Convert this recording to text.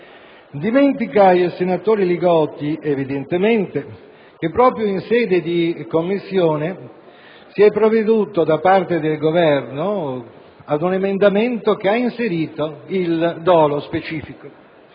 evidentemente il senatore Li Gotti dimentica che proprio in sede di Commissione si è provveduto, da parte del Governo, ad un emendamento che ha inserito il dolo specifico.